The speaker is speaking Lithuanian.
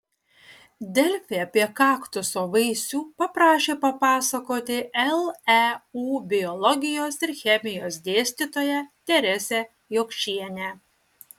delfi apie kaktuso vaisių paprašė papasakoti leu biologijos ir chemijos dėstytoją teresę jokšienę